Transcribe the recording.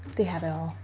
they have it all,